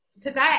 today